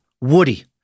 Woody